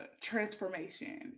transformation